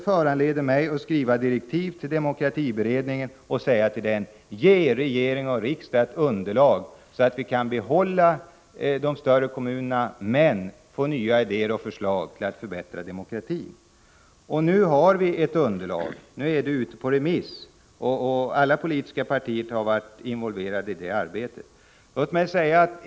Jag skrev direktiv till demokratiberedningen och bad dem ge regering och riksdag ett underlag så att vi kan behålla de större kommunerna men få nya idéer och förslag till att förbättra demokratin. Nu har vi ett underlag, som är ute på remiss, och alla politiska partier har varit involverade i det arbetet.